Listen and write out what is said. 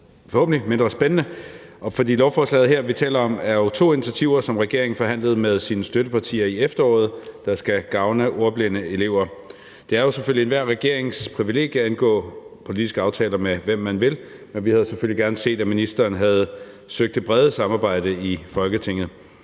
indlægget mindre spændende. Det lovforslag, vi taler om her, er jo to initiativer, som regeringen forhandlede med sine støttepartier i efteråret, der skal gavne ordblinde elever. Det er selvfølgelig enhver regerings privilegium at indgå politiske aftaler med, hvem man vil, men vi havde selvfølgelig gerne set, at ministeren havde søgt det brede samarbejde i Folketinget.